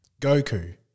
Goku